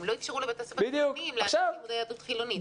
הם לא איפשרו לבתי ספר --- לימודי יהדות חילונית.